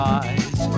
eyes